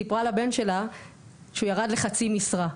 סיפרה לבן שלה שהוא ירד לחצי משרה,